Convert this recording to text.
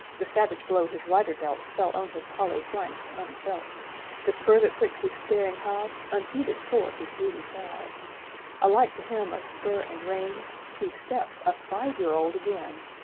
the savage blow his rider dealt fell on his hollow flanks unfelt the spur that pricked his staring hide unheeded tore his bleeding side alike to him are spur and rein he steps a five-year-old again!